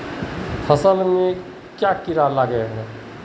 फसल में क्याँ कीड़ा लागे है?